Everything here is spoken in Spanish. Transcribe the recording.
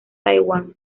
taiwán